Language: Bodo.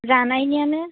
जानायनियानो